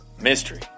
Mystery